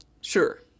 sure